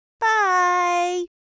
Bye